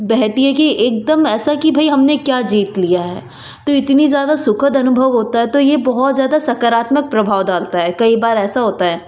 बहती है कि एकदम ऐसा कि भाई हमने क्या जीत लिया है तो इतनी ज़्यादा सुखद अनुभव होता है तो ये बहुत ज़्यादा सकारात्मक प्रभाव डालता है कई बार ऐसा होता है